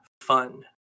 fun